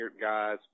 guys